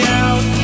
out